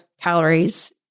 calories